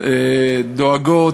דואגות